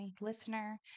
listener